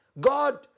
God